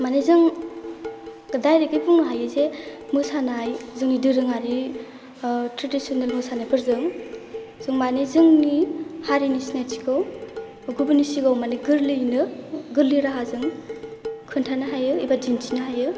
माने जों दाइरेगै बुंनो हायोजे मोसानाय जोंनि दोरोंआरि थ्रेदिसनेल मोसानायफोरजों जों माने जोंनि हारिनि सिनायथिखौ गुबुननि सिगाङाव माने गोरलैयैनो माने गोरलै राहाजों खोन्थानो हायो एबा दिन्थिनो हायो